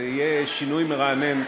זה יהיה שינוי מרענן,